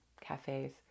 cafes